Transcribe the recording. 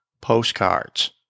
postcards